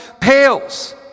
pales